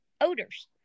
Odors